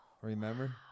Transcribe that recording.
remember